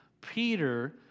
Peter